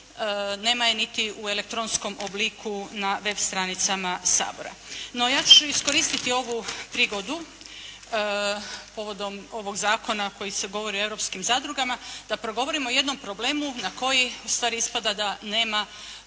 Nema je niti u elektronskom obliku na web stranicama Sabora. No, ja ću iskoristiti ovu prigodu povodom ovog zakona koji govori o europskim zadrugama, da progovorimo o jednom problemu na koji u stvari ispada da nema